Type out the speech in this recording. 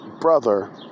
brother